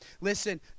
Listen